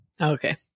Okay